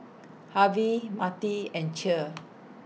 Harve Mattie and Cheer